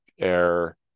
air